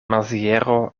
maziero